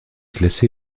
classé